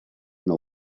know